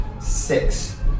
six